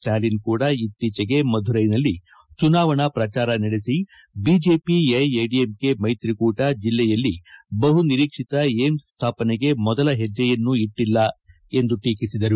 ಸ್ಟಾಲಿನ್ ಕೂಡ ಇತ್ತೀಚೆಗೆ ಮಧುರೈನಲ್ಲಿ ಚುನಾವಣಾ ಪ್ರಚಾರ ನಡೆಸಿ ಐಜೆಪಿ ಎಐಎಡಿಎಂಕೆ ಮೈತ್ರಿಕೂಟ ಜಿಲ್ಲೆಯಲ್ಲಿ ಬಹು ನಿರೀಕ್ಷಿತ ಏಮ್ಸ್ ಸ್ಥಾಪನೆಗೆ ಮೊದಲ ಹೆಜ್ಜೆಯನ್ನೂ ಇಟ್ಟಲ್ಲ ಎಂದು ಟೀಟಿಸಿದರು